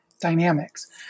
dynamics